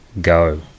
go